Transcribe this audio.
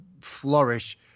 flourish